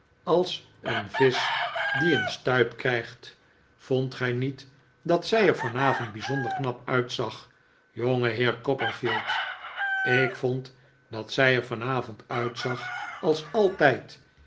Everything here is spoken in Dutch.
als een visch die een stuip krijgt vondt gij niet dat zij er vanavond bijzonder knap uitzag jongeheer copperfield ik vond dat zij er vanavond uitzag als altijd